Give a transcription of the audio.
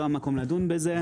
אבל זה לא המקום לדון בזה.